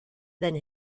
than